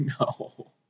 no